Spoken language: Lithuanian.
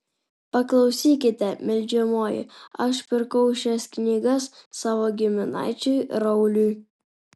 paklausykite meldžiamoji aš pirkau šias knygas savo giminaičiui rauliui